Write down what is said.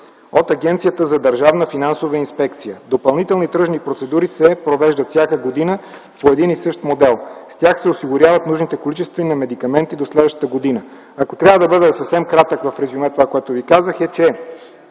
от Агенцията за държавна финансова инспекция. Допълнителни тръжни процедури се провеждат всяка година по един и същ модел. С тях се осигуряват нужните количества на медикаменти за следващата година. Ако трябва да бъда съвсем кратък, в резюме на това, което Ви казах, е, че